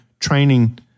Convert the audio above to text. training